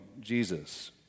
Jesus